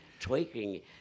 tweaking